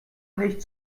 nicht